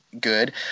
good